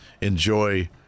enjoy